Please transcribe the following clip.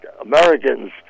Americans